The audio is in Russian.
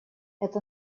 это